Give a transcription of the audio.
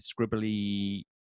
scribbly